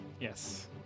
Yes